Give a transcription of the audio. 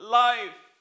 life